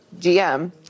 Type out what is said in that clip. gm